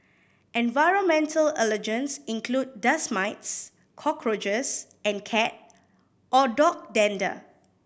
environmental allergens include dust mites cockroaches and cat or dog dander